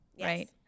right